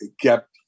kept